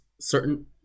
certain